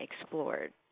explored